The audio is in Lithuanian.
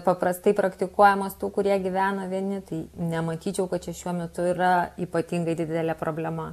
paprastai praktikuojamas tų kurie gyvena vieni tai nematyčiau kad čia šiuo metu yra ypatingai didelė problema